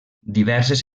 diverses